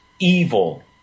evil